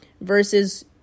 versus